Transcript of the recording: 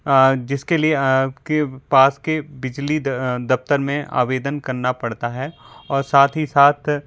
जिसके लिए आपके पास के बिजली दफ़्तर में आवेदन करना पड़ता है और साथ ही साथ